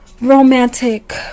romantic